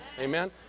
Amen